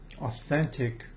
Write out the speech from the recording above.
authentic